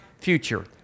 future